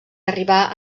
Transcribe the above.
arribar